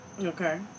Okay